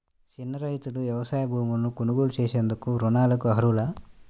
చిన్న రైతులు వ్యవసాయ భూములు కొనుగోలు చేసేందుకు రుణాలకు అర్హులా?